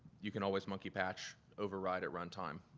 you can always monkey patch, override at run time.